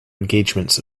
engagements